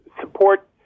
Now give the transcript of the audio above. support